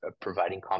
providing